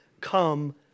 come